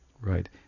right